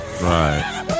Right